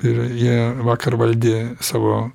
ir jie vakar valdė savo